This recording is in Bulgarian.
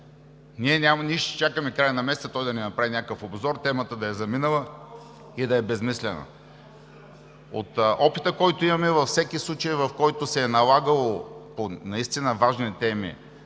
ние ще чакаме края на месеца той да ни направи някакъв обзор, темата да е заминала и да е безсмислена?! От опита, който имаме, във всеки случай, в който се е налагало по наистина важни теми